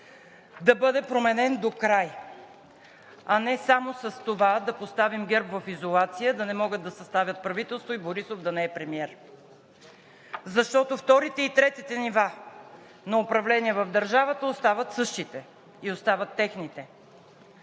да бъде променен докрай, а не само с това да поставим ГЕРБ в изолация, да не могат да съставят правителство и Борисов да не е премиер. Защото вторите и третите нива на управление в държавата остават същите и остават техните.